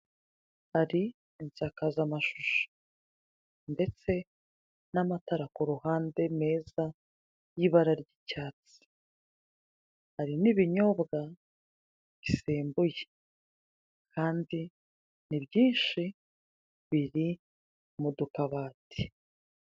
Hari insakazamashusho. Ndetse n'amatara ku ruhande, meza, y'ibara ry'icyatsi. Hari n'ibinyobwa bisembuye. Kandi ni byinshi, biri mu dukabati.